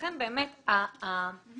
ולכן באמת בעיניי